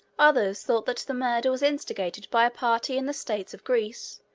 others thought that the murder was instigated by a party in the states of greece,